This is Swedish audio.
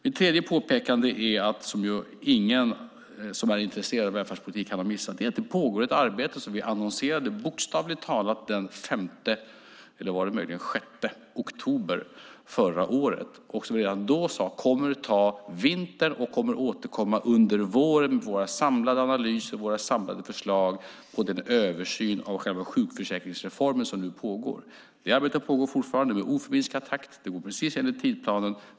Den tredje punkten som jag vill påpeka, och som ingen som är intresserad av välfärdspolitik kan ha missat, är att det pågår ett arbete som vi annonserade bokstavligt talat den 5, eller möjligen den 6, oktober förra året och som vi redan då sade kommer att ta hela vintern, och vi sade att vi kommer att återkomma under våren med våra samlade analyser och våra samlade förslag av den översyn av själva sjukförsäkringsreformen som nu pågår. Detta arbete pågår fortfarande i oförminskad takt. Det går precis enligt tidsplanen.